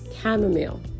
Chamomile